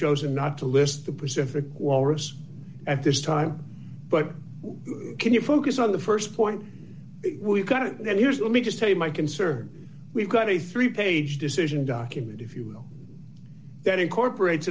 chosen not to list the pacific walrus at this time but can you focus on the st point we've got and here's let me just tell you my concern we've got a three page decision document if you will that incorporates